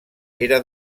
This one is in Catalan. era